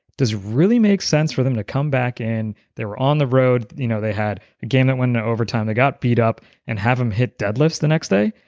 does it really make sense for them to come back in, they were on the road, you know they had a game that went into overtime, they got beat up and have them hit deadlifts the next day.